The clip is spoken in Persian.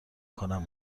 کنم